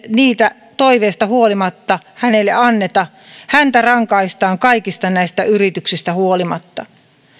niitä toiveista huolimatta hänelle anneta häntä rangaistaan näistä kaikista yrityksistä huolimatta